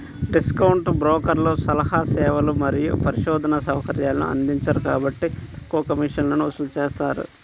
discount బ్రోకర్లు సలహా సేవలు మరియు పరిశోధనా సౌకర్యాలను అందించరు కాబట్టి తక్కువ కమిషన్లను వసూలు చేస్తారు